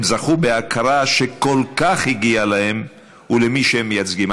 הם זכו בהכרה שכל כך הגיעה להם ולמי שהם מייצגים.